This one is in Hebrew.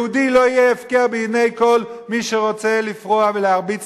יהודי לא יהיה הפקר בעיני כל מי שרוצה לפרוע ולהרביץ